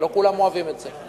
ולא כולם אוהבים את זה.